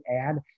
add